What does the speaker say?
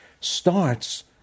starts